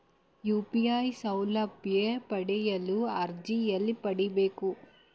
UPI ಸೌಲಭ್ಯ ಪಡೆಯಲು ಅರ್ಜಿ ಎಲ್ಲಿ ಪಡಿಬೇಕು?